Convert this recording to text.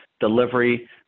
delivery